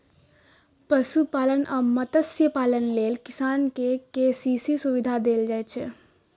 पशुपालन आ मत्स्यपालन लेल किसान कें के.सी.सी सुविधा देल जाइ छै